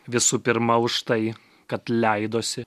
visų pirma už tai kad leidosi